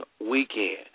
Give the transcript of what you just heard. weekend